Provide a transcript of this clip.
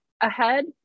ahead